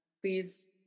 Please